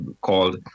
called